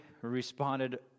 responded